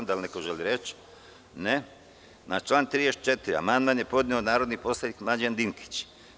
Da li neko želi reč? (Ne.) Na član 34. amandman je podneo narodni poslanik Mlađan Dinkić.